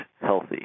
healthy